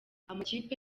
amakipe